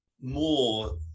more